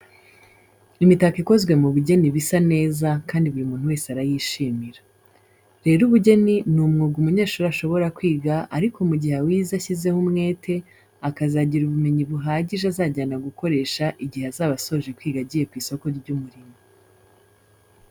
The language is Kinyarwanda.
Imitako ikozwe mu bugeni iba isa neza kandi buri muntu wese arayishimira. Rero ubugeni ni umwuga umunyeshuri ashobora kwiga ariko mu gihe awize ashyizeho umwete, akazagira ubumenyi buhagije azajyana gukoresha igihe azaba asoje kwiga agiye ku isoko ry'umurimo.